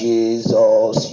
Jesus